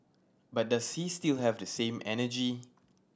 but does he still have the same energy